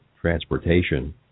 transportation